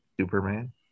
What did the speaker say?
Superman